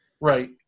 Right